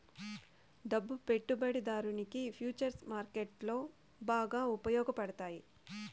డబ్బు పెట్టుబడిదారునికి ఫుచర్స్ మార్కెట్లో బాగా ఉపయోగపడతాయి